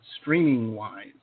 streaming-wise